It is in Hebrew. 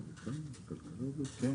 בבקשה.